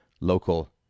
local